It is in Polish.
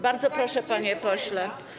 Bardzo proszę, panie pośle.